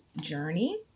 journey